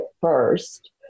first